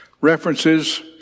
references